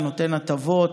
שנותן הטבות,